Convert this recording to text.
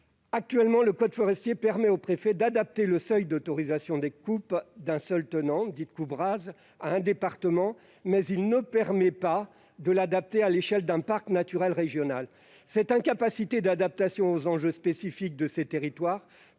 régionaux. Le code forestier permet aux préfets d'adapter le seuil d'autorisation des coupes d'un seul tenant, dites coupes rases, à un département, mais il ne permet pas de l'adapter à l'échelle d'un parc naturel régional (PNR). Cette incapacité d'adaptation aux enjeux spécifiques de ces territoires,